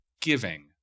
giving